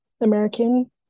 American